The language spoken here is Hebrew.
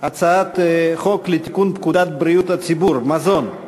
הצעת חוק לתיקון פקודת בריאות הציבור (מזון)